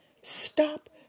Stop